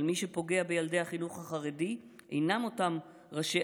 אבל מי שפוגע בילדי החינוך החרדי אינם אותם ראשי